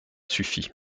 suffit